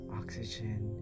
oxygen